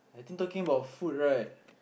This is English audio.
I think talking about food right